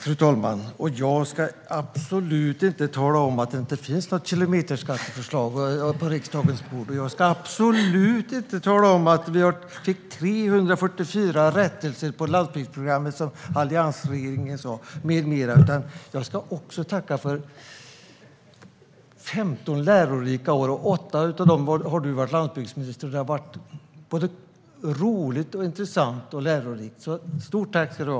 Fru talman! Jag ska absolut inte tala om att det inte finns något kilometerskattförslag på riksdagens bord. Och jag ska absolut inte tala om att vi fick 344 rättelser på landsbygdsprogrammet som alliansregeringen sa med mera, utan jag ska också tacka för 15 lärorika år. Under åtta av dem var du, Eskil Erlandsson, landsbygdsminister. Det har varit roligt, intressant och lärorikt. Stort tack ska du ha!